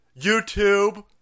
YouTube